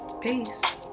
Peace